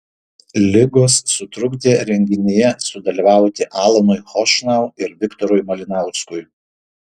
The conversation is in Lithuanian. ligos sutrukdė renginyje sudalyvauti alanui chošnau ir viktorui malinauskui